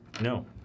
No